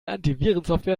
antivirensoftware